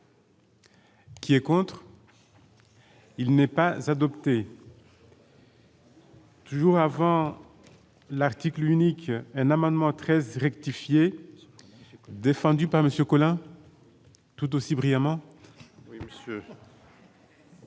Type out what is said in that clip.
qui est pour. Il n'est pas adoptée. Toujours avant l'article unique, un amendement 13 rectifier défendue par monsieur Collin tout aussi brillamment. Merci monsieur le